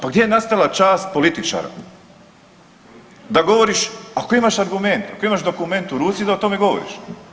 Pa gdje ne nastala čast političara da govoriš, ako imaš argument, ako imaš dokument u ruci da o tome govoriš.